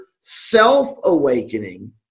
self-awakening